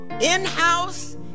in-house